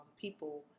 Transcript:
people